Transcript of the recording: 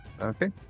Okay